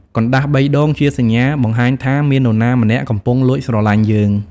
កណ្ដាស់បីដងជាសញ្ញាបង្ហាញថាមាននរណាម្នាក់កំពុងលួចស្រឡាញ់យើង។